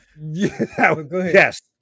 Yes